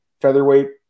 featherweight